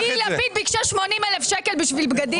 ליהיא לפיד ביקשה 80,000 שקל בשביל בגדים?